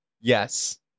Yes